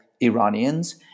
Iranians